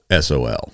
sol